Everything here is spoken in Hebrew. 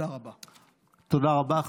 תודה רבה.